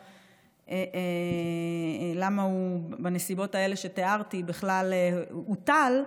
למה בנסיבות שתיארתי הוא בכלל הוטל,